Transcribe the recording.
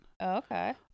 Okay